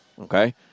Okay